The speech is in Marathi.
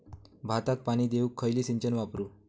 भाताक पाणी देऊक खयली सिंचन वापरू?